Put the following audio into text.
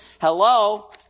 Hello